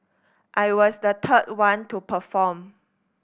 I was the third one to perform